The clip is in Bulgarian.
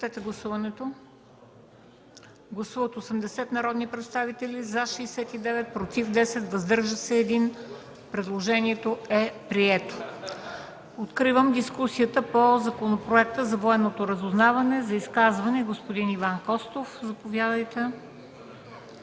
Откривам дискусията по Законопроекта за военното разузнаване. За изказване – господин Иван Костов.